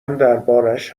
دربارش